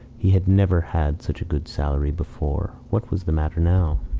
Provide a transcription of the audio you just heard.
he had never had such a good salary before. what was the matter now?